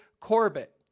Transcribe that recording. Corbett